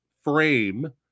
frame